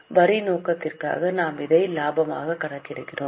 வரி நோக்கத்திற்காக நாம் தனி இலாபத்தை கணக்கிடுகிறோம்